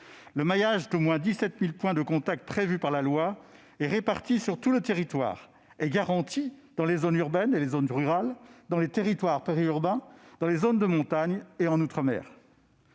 Le maillage d'au moins 17 000 points de contact, prévus par la loi et répartis sur tout le territoire, est garanti dans les zones urbaines et les zones rurales, dans les territoires périurbains, dans les zones de montagne et en outre-mer.